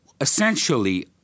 essentially